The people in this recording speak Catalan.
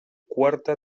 quarta